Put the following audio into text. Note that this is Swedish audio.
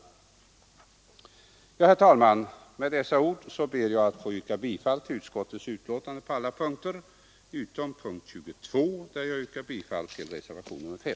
Herr talman! Med dessa ord ber jag att få yrka bifall till utskottets betänkande på alla punkter utom punkten 22, där jag yrkar bifall till reservationen 5.